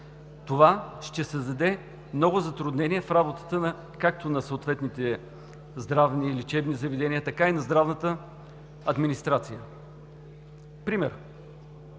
Това ще създаде много затруднения в работата както на съответните здравни и лечебни заведения, така и на здравната администрация. Например,